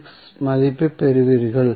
6V மதிப்பைப் பெறுவீர்கள்